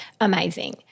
amazing